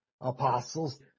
apostles